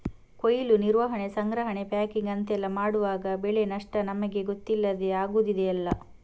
ಕೊಯ್ಲು, ನಿರ್ವಹಣೆ, ಸಂಗ್ರಹಣೆ, ಪ್ಯಾಕಿಂಗ್ ಅಂತೆಲ್ಲ ಮಾಡುವಾಗ ಬೆಳೆ ನಷ್ಟ ನಮಿಗೆ ಗೊತ್ತಿಲ್ಲದೇ ಆಗುದಿದೆಯಲ್ಲ